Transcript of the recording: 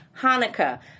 Hanukkah